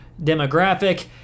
demographic